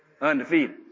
undefeated